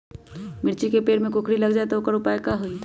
मिर्ची के पेड़ में कोकरी लग जाये त वोकर उपाय का होई?